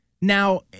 Now